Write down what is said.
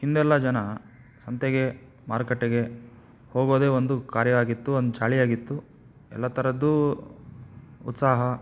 ಹಿಂದೆಲ್ಲ ಜನ ಸಂತೆಗೆ ಮಾರುಕಟ್ಟೆಗೆ ಹೋಗೋದೇ ಒಂದು ಕಾರ್ಯ ಆಗಿತ್ತು ಒಂದು ಚಾಳಿಯಾಗಿತ್ತು ಎಲ್ಲ ಥರದ್ದು ಉತ್ಸಾಹ